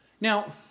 Now